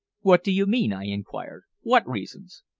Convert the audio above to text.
what do you mean? i inquired. what reasons?